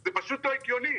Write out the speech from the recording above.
זה פשוט לא הגיוני.